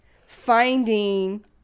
finding